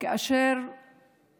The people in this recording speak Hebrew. שכאשר